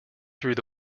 through